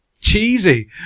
cheesy